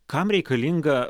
kam reikalinga